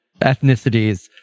ethnicities